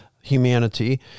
humanity